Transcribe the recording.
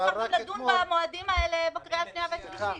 אפשר גם לדון במועדים האלה לקראת הקריאה השנייה והשלישית.